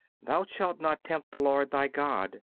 thou shalt not tempt the lord thy god.